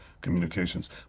communications